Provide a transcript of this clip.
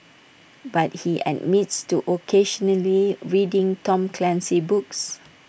but he admits to occasionally reading Tom Clancy books